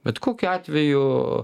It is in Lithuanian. bet kokiu atveju